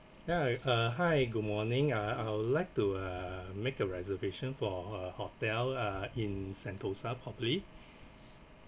hi uh hi good morning uh I would like to uh make a reservation for a hotel uh in sentosa probably